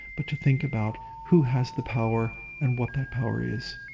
but to think about who has the power and what that power is.